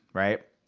right?